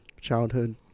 childhood